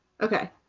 okay